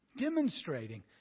Demonstrating